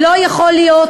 לא יכול להיות